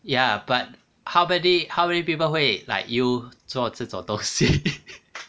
ya but how many how many people 会 like you 做这种东西